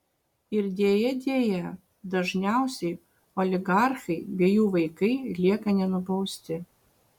ir deja deja dažniausiai oligarchai bei jų vaikai lieka nenubausti